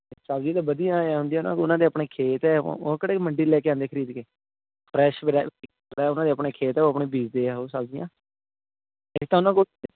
ਸਬਜ਼ੀ ਤਾਂ ਵਧੀਆ ਐਂ ਹੁੰਦੀ ਹੈ ਨਾ ਉਹਨਾਂ ਦੇ ਆਪਣੇ ਖੇਤ ਹੈ ਉਹ ਉਹ ਕਿਹੜੇ ਮੰਡੀ ਲੈ ਕੇ ਆਉਂਦੇ ਖਰੀਦ ਕੇ ਫਰੈਸ਼ ਫਰੈ ਉਹਨਾਂ ਦੇ ਆਪਣੇ ਖੇਤ ਹੈ ਉਹ ਆਪਣੀ ਬੀਜਦੇ ਹੈ ਉਹ ਸਬਜ਼ੀਆਂ ਇਹ ਤਾਂ ਉਹਨਾਂ ਕੋਲ